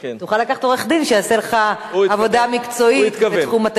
תוכל לקחת עורך-דין שיעשה לך עבודה מקצועית בתחום,